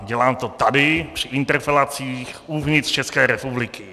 Dělám to tady při interpelacích uvnitř České republiky.